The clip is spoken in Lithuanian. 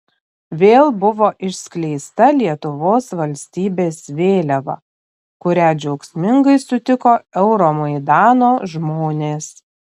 vėl buvo išskleista lietuvos valstybės vėliava kurią džiaugsmingai sutiko euromaidano žmonės